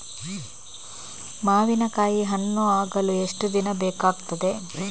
ಮಾವಿನಕಾಯಿ ಹಣ್ಣು ಆಗಲು ಎಷ್ಟು ದಿನ ಬೇಕಗ್ತಾದೆ?